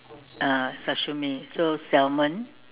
ah sashimi so salmon